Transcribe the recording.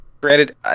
granted